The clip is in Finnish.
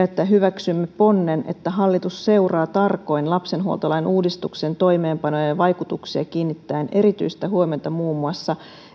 että hyväksymme ponnen että hallitus seuraa tarkoin lapsenhuoltolain uudistuksen toimeenpanoa ja vaikutuksia kiinnittäen erityistä huomiota muun muassa